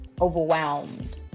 overwhelmed